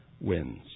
wins